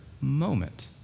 moment